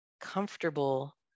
comfortable